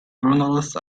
journalists